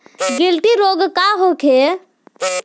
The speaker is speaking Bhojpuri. गिल्टी रोग का होखे?